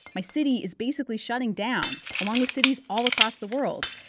my city is basically shutting down along with cities all across the world,